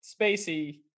spacey